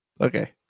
Okay